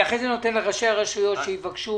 אחר כך אתן לראשי הרשויות שיבקשו.